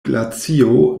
glacio